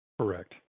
Correct